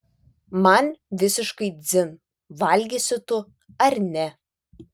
man visiškai dzin valgysi tu ar ne